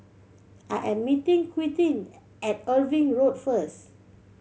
I am meeting Quintin at Irving Road first